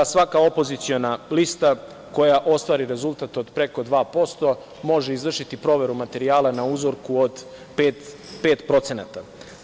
Svaka opoziciona lista koja ostvari rezultat od preko 2% može izvršiti proveru materijala na uzorku od 5%